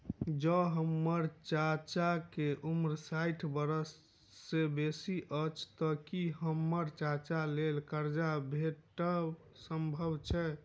जँ हम्मर चाचाक उम्र साठि बरख सँ बेसी अछि तऽ की हम्मर चाचाक लेल करजा भेटब संभव छै?